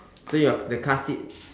so your the car seat